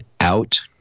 out